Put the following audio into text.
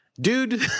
dude